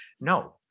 no